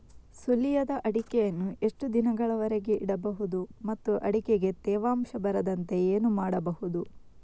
ಸುಲಿಯದ ಅಡಿಕೆಯನ್ನು ಎಷ್ಟು ದಿನಗಳವರೆಗೆ ಇಡಬಹುದು ಮತ್ತು ಅಡಿಕೆಗೆ ತೇವಾಂಶ ಬರದಂತೆ ಏನು ಮಾಡಬಹುದು?